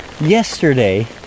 yesterday